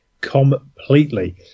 completely